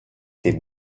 tes